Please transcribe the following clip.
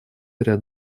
ряд